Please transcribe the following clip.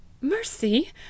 Mercy